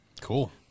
Cool